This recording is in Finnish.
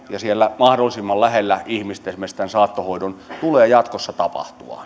ja siellä mahdollisimman lähellä ihmistä esimerkiksi tämän saattohoidon tulee jatkossa tapahtua